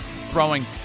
throwing